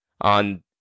on